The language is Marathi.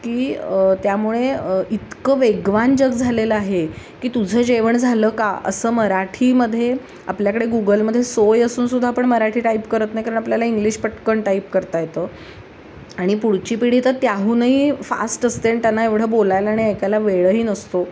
की त्यामुळे इतकं वेगवान जग झालेलं आहे की तुझं जेवण झालं का असं मराठीमध्ये आपल्याकडे गुगलमध्ये सोय असून सुद्धा आपण मराठी टाईप करत नाही कारण आपल्याला इंग्लिश पटकन टाईप करता येतं आणि पुढची पिढी तर त्याहूनही फास्ट असते आणि त्यांना एवढं बोलायला आणि ऐकायला वेळही नसतो